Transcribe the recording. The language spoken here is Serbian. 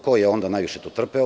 Ko je onda najviše tu trpeo?